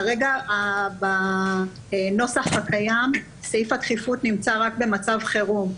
כרגע בנוסח הקיים סעיף הדחיפות נמצא רק במצב חירום.